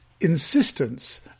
insistence